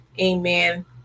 amen